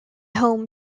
home